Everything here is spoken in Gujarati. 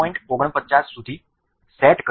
49 સુધી સેટ કર્યું છે